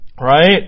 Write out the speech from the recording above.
Right